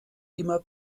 immer